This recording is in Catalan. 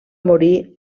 morir